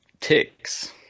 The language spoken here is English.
ticks